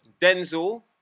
Denzel